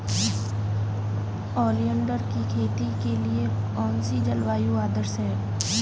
Oleander की खेती के लिए कौन सी जलवायु आदर्श है?